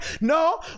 No